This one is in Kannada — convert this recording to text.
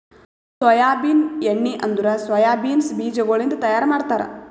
ಸೋಯಾಬೀನ್ ಎಣ್ಣಿ ಅಂದುರ್ ಸೋಯಾ ಬೀನ್ಸ್ ಬೀಜಗೊಳಿಂದ್ ತೈಯಾರ್ ಮಾಡ್ತಾರ